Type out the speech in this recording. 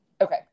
Okay